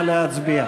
נא להצביע.